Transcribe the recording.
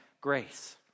grace